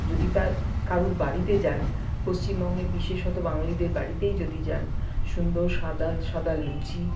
যদি তার কারোর বাড়িতে যান পশ্চিমবঙ্গে বিশেষত বাঙালিদের বাড়িতেই যদি যান সুন্দর সাদা সাদা লুচি